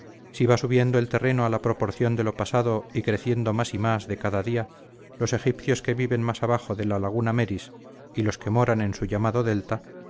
si va subiendo el terreno a proporción de lo pasado y creciendo más y más de cada día los egipcios que viven más abajo de la laguna meris y los que moran en su llamado delta